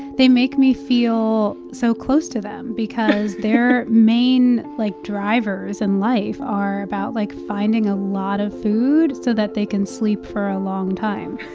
they make me feel so close to them. because their main, like, drivers in life are about, like, finding a lot of food so that they can sleep for a long time